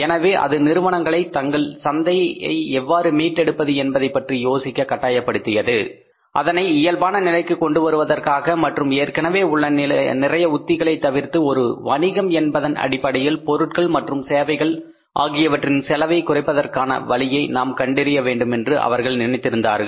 எனவே அது நிறுவனங்களை தங்களின் சந்தையை எவ்வாறு மீட்டெடுப்பது என்பதை பற்றி யோசிக்க கட்டாயப்படுத்தியது அதனை இயல்பான நிலைக்கு கொண்டு வருவதற்காக மற்றும் ஏற்கனவே உள்ள நிறைய உத்திகளை தவிர்த்து ஒரு வணிகம் என்பதன் அடிப்படையில் பொருட்கள் மற்றும் சேவைகள் ஆகியவற்றின் செலவை குறைப்பதற்கான வழியை நாம் கண்டறிய வேண்டும் என்று அவர்கள் நினைத்திருந்தார்கள்